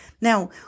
Now